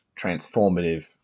transformative